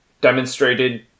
demonstrated